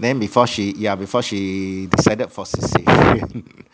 then before she yeah before she decided for cesarean